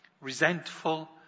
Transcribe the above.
resentful